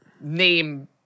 name